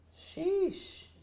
Sheesh